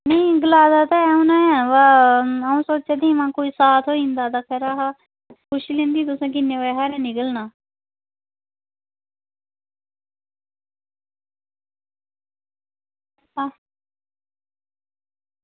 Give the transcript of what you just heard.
नेईं गलाए दा ते एह् उनें बाऽ अंऊ सोचा दी ही कि साथ होई जंदा हा खरा हा पुच्छी लैन्नी आं तुसेंगी कि किन्ने बजे हारे निकलना